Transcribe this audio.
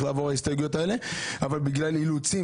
שצריכות לעבור ההסתייגויות האלו אבל בגלל אילוצים